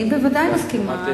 אני בוודאי מסכימה.